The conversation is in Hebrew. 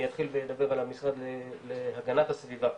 אני אתחיל ואדבר על המשרד להגנת הסביבה,